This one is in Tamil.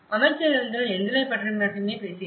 அமைச்சகங்கள் எண்களைப் பற்றி மட்டுமே பேசுகின்றன